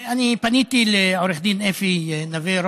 פניתי לעו"ד אפי נווה,